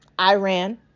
Iran